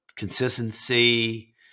consistency